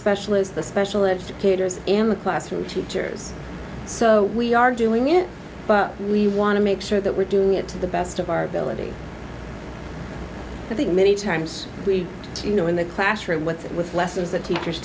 specialists the special educators and the classroom teachers so we are doing it but we want to make sure that we're doing it to the best of our ability i think many times we do you know in the classroom with with lessons that teachers